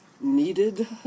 needed